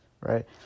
Right